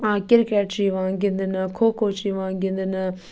آ کرِکَٹ چھُ یِوان گِندنہٕ کھو کھو چھُ یِوان گِندنہٕ